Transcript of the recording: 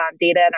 data